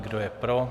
Kdo je pro?